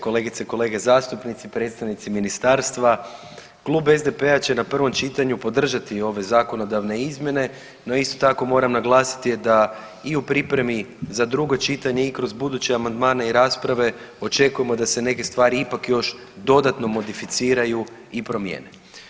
Kolegice i kolege zastupnici, predstavnici ministarstva Klub SDP-a će na prvom čitanju podržati ove zakonodavne izmjene no isto tako moram naglasiti da i u pripremi za drugo čitanje i kroz buduće amandmane i rasprave očekujemo da se neke stvari ipak još dodatno modificiraju i promijene.